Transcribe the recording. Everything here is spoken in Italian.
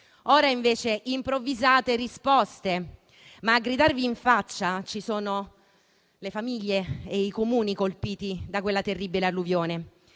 ora invece improvvisate risposte. Ma a gridarvi in faccia ci sono le famiglie e i Comuni colpiti da quella terribile alluvione.